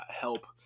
help